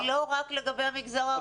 היא לא רק לגבי המגזר הערבי.